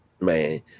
Man